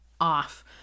off